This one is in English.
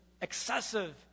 excessive